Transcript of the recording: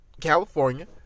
California